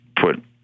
put